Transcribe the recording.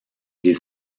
des